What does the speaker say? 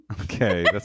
Okay